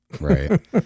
right